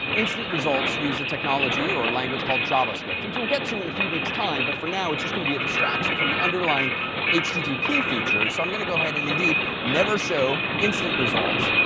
instant results use a technology or language called javascript, which we'll get to in a few weeks' time, but for now it's just going to be a distraction from the underlying http feature. so i'm going to go ahead and indeed never show instant results.